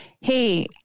hey